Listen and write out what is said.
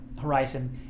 Horizon